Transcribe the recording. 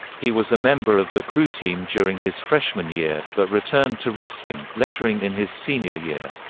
he was a member of the crew team during his freshman year, but returned to wrestling, lettering in his senior year.